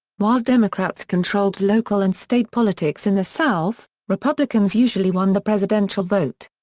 while democrats controlled local and state politics in the south, republicans usually won the presidential vote.